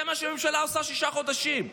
זה מה שהממשלה עושה שישה חודשים.